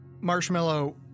Marshmallow